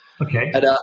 okay